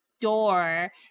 door